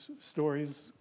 stories